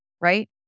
right